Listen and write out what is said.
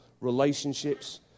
relationships